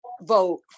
vote